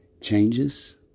changes